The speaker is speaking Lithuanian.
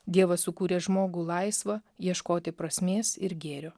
dievas sukūrė žmogų laisvą ieškoti prasmės ir gėrio